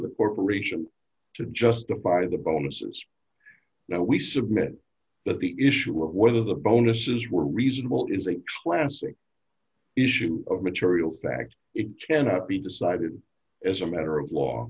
the corporation to justify the bonuses that we submit that the issue of whether the bonuses were reasonable is a classic issue of material fact it cannot be decided as a matter of law